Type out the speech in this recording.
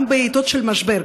גם בעיתות משבר,